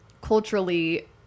culturally